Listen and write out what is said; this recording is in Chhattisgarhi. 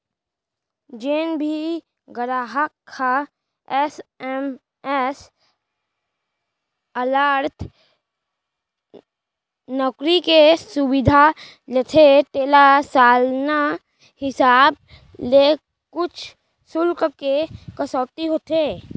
जेन भी गराहक ह एस.एम.एस अलर्ट नउकरी के सुबिधा लेथे तेला सालाना हिसाब ले कुछ सुल्क के कटौती होथे